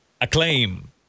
acclaim